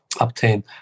obtain